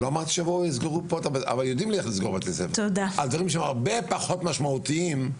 על דברים שהם הרבה פחות משמעותיים,